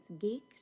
geeks